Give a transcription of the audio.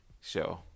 show